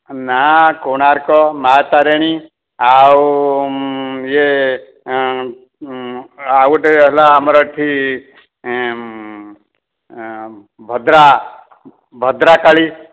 ନା କୋଣାର୍କ ମାଁ ତାରିଣୀ ଆଉ ଇଏ ଆଉ ଗୋଟେ ହେଲା ଆମର ଏଠି ଭଦ୍ରା ଭଦ୍ରାକାଳୀ